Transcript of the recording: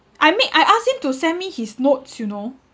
I mean I ask him to send me his notes you know